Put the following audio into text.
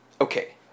okay